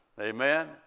Amen